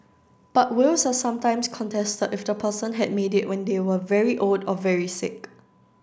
but wills are sometimes contested if the person had made it when they were very old or very sick